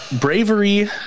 bravery